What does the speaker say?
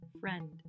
friend